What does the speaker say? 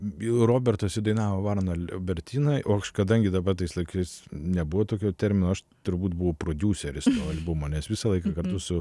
robertas įdainavo varną liubertinai o aš kadangi dabar tais laikais nebuvo tokio termino aš turbūt buvau prodiuseris nuo albumo nes visą laiką kartu su